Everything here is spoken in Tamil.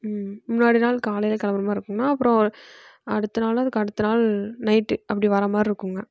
ம் முன்னாடி நாள் காலையில் கிளம்புற மாதிரி இருக்குங்க அப்புறம் அடுத்த நாள் அதுக்கு அடுத்த நாள் நைட்டு அப்படி வரமாதிரி இருக்குங்க